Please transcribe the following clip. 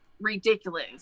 ridiculous